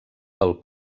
del